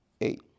eight